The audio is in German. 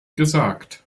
gesagt